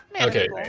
Okay